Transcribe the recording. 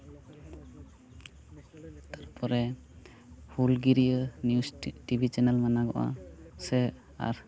ᱛᱟᱨᱯᱚᱨᱮ ᱦᱩᱞᱜᱤᱨᱟᱹᱭᱟᱹ news TV channel ᱢᱮᱱᱟᱜᱚᱜᱼᱟ ᱥᱮ ᱟᱨ